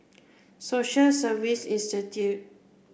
Social Service Institute